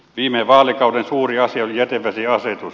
viime vaalikauden suuri asia oli jätevesiasetus